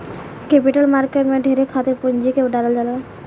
capital market में ढेरे समय खातिर पूंजी के डालल जाला